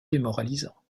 démoralisant